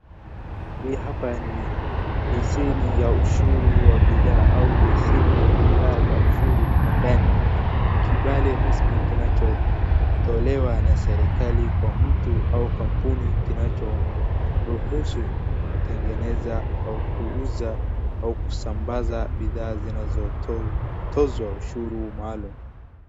Hii hapa ni leseni ya ushuru wa bidhaa au leseni ya bidhaa za ushuru wa ndani. Ni kibale rasmi kinachotolewa na serikali kwa mtu au kampuni kinacho ruhusu tengeneza au kuuza au kusambaza bidhaa zinatozwa ushuru maalum.